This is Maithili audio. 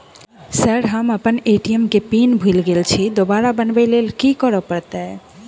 सर हम अप्पन ए.टी.एम केँ पिन भूल गेल छी दोबारा बनाबै लेल की करऽ परतै?